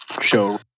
show